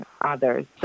others